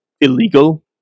illegal